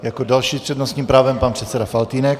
Jako další s přednostním právem pan předseda Faltýnek.